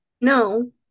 No